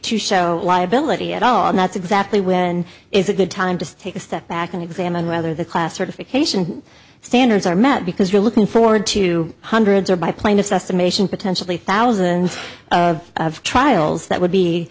to show liability at all and that's exactly when is a good time to take a step back and examine whether the class certification standards are met because you're looking forward to hundreds or by plaintiffs estimation potentially thousands of trials that would be